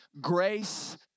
grace